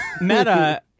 Meta